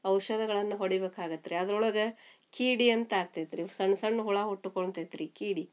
ಔಷಧಿಗಳನ್ನ ಹೊಡಿಬೇಕಾಗತ್ತೆ ರೀ ಅದ್ರೊಳಗೆ ಕೀಡೆ ಅಂತ ಆಗ್ತೈತೆ ರೀ ಸಣ್ಣ ಸಣ್ಣ ಹುಳ ಹುಟ್ಟುಕೊಂತೈತೆ ರೀ ಕೀಡೆ